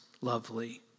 lovely